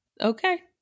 Okay